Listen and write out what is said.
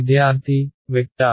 విద్యార్థి వెక్టార్